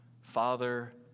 Father